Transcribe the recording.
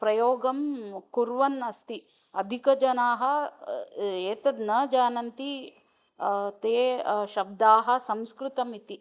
प्रयोगं कुर्वन् अस्ति अधिकजनाः एतत् न जानन्ति ते शब्दाः संस्कृतम् इति